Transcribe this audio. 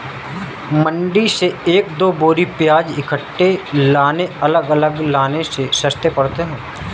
मंडी से एक दो बोरी प्याज इकट्ठे लाने अलग अलग लाने से सस्ते पड़ते हैं